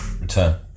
return